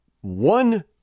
one